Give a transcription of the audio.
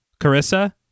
Carissa